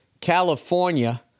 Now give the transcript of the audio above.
California